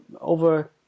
over